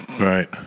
Right